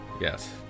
Yes